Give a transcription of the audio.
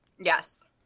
yes